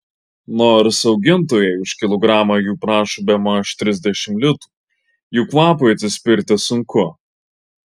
nors augintojai už kilogramą jų prašo bemaž trisdešimt litų jų kvapui atsispirti sunku